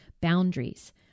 boundaries